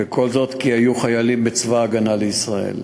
וכל זאת כי היו חיילים בצבא הגנה לישראל.